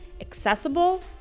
accessible